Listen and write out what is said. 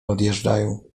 odjeżdżają